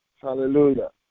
Hallelujah